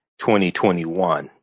2021